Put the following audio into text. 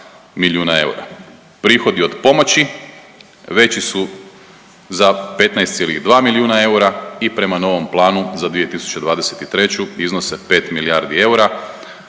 milijuna eura. Prihodi od pomoći veći su za 15,2 milijuna eura i prema novom planu za 2023. iznose 5 milijardi eura.